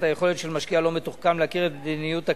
היכולת של משקיע לא מתוחכם להכיר את מדיניות הקרן.